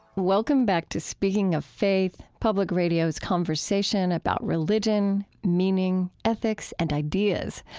welcome back to speaking of faith, public radio's conversation about religion, meaning, ethics, and ideas.